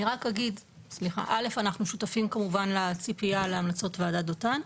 כמובן שאנחנו שותפים לציפייה להמלצות ועדת דותן.